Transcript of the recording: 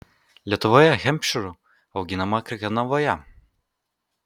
lietuvoje hempšyrų auginama krekenavoje